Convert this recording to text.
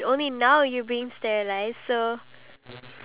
don't feed your pet bugs